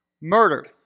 Murdered